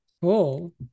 Cool